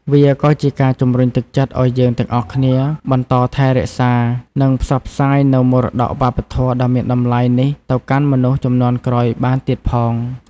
វាក៏ជាការជំរុញទឹកចិត្តឲ្យយើងទាំងអស់គ្នាបន្តថែរក្សា និងផ្សព្វផ្សាយនូវមរតកវប្បធម៌ដ៏មានតម្លៃនេះទៅកាន់មនុស្សជំនាន់ក្រោយបានទៀតផង។